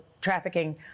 trafficking